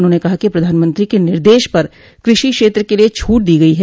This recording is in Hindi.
उन्होंने कहा कि प्रधानमंत्री के निर्देश पर कृषि क्षेत्र के लिए छूट दी गई है